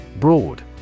Broad